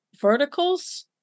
verticals